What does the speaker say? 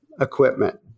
equipment